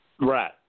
Right